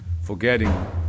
forgetting